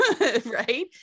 Right